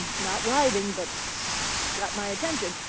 not writhing, but so got my attention.